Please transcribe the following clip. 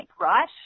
right